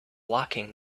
locking